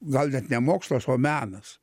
gal net ne mokslas o menas